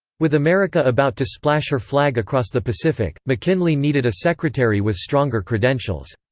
with america about to splash her flag across the pacific, mckinley needed a secretary with stronger credentials.